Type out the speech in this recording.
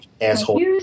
asshole